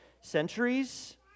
centuries